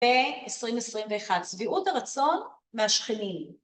‫ב-2021. ‫שביעות הרצון מהשכנים.